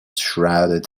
shrouded